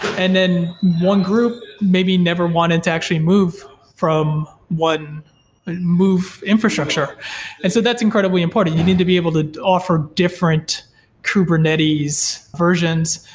and then one group maybe never wanted to actually move from one move infrastructure and so that's incredibly important. you need to be able to offer different kubernetes versions,